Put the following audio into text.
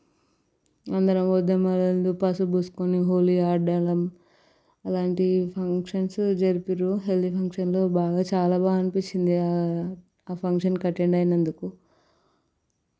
అందరం మరద మరదళ్ళం పసుపు పూసుకొని హోలీ ఆడడం అలాంటివి ఫంక్షన్స్ జరిపిండ్రు హల్దీ ఫంక్షన్లో బాగా చాలా బాగా అనిపించింది ఫంక్షన్కి అటెండ్ అయినందుకు